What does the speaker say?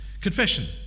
confession